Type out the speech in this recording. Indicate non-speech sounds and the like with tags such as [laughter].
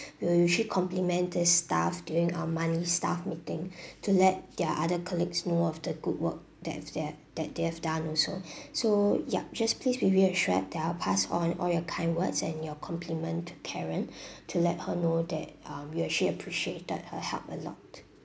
we'll usually complement this staff during our monthly staff meeting [breath] to let their other colleagues know of the good work that they've that they have done also [breath] so yup just pleas be reassured that I'll pass on all your kind words and your complement to karen [breath] to let her know that um you're actually appreciated her help a lot